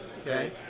okay